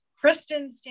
Kristen